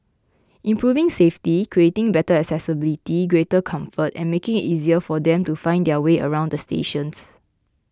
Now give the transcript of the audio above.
improving safety creating better accessibility greater comfort and making it easier for them to find their way around the stations